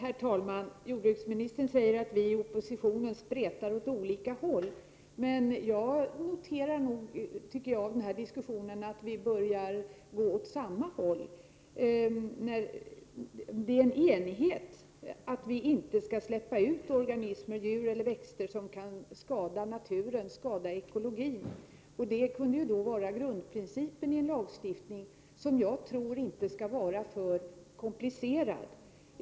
Fru talman! Jordbruksministern säger att vi i oppositionen spretar åt olika håll, men av den här diskussionen noterar jag snarast att vi börjar gå åt samma håll. Vi är eniga om att inte släppa ut organismer — djur eller växter — som kan skada naturen, skada ekologin. Detta kunde vara grundprincipen i en lagstiftning som jag inte tror skall vara alltför komplicerad.